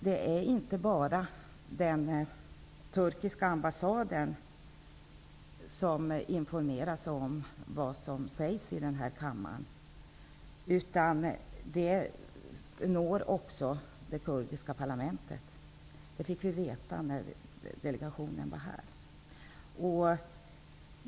Det är inte bara den turkiska ambassaden som informeras om vad som sägs här i kammaren, utan det kurdiska parlamentet nås också av det. Vi fick veta det när delegationen var här.